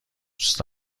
دوست